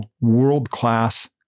world-class